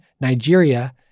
Nigeria